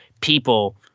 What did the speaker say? people